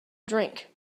drink